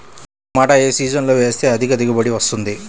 టమాటా ఏ సీజన్లో వేస్తే అధిక దిగుబడి వస్తుంది?